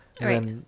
Right